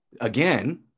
again